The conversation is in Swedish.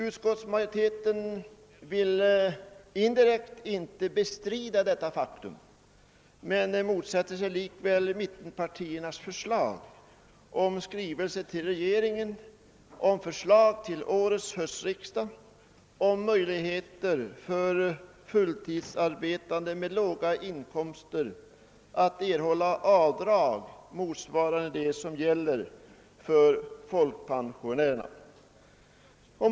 Utskottsmajoriteten erkänner indirekt detta faktum men har likväl motsatt sig mittenpartiernas förslag om en skrivelse till Kungl. Maj:t om förslag till årets höstriksdag rörande möjligheter för fulltidsarbetande med låga inkomster att göra avdrag som svarar mot vad som gäller för folkpensionärerna.